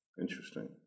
Interesting